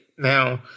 Now